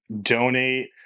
donate